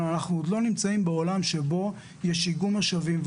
אבל אנחנו עוד לא נמצאים בעולם שבו יש איגום משאבים.